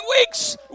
weeks